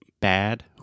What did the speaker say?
bad